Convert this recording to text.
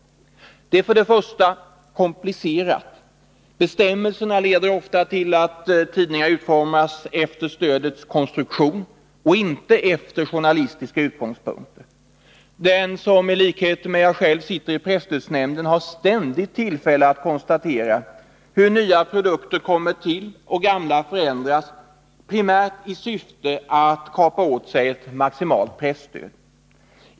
Det är för det första komplicerat. Bestämmelserna leder ofta till att tidningarna utformas efter stödets konstruktion och inte utifrån journalis tiska utgångspunkter. Den som i likhet med mig sitter i presstödsnämnden Nr 118 har ständigt tillfälle att konstatera hur nya produkter kommer till och de gamla förändras, primärt i syfte att kapa åt sig maximalt presstöd.